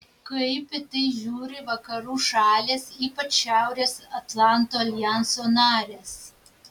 kaip į tai žiūri vakarų šalys ypač šiaurės atlanto aljanso narės